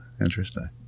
interesting